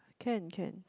can can